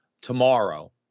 tomorrow